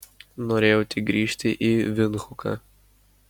norėjau tik grįžti į vindhuką